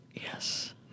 Yes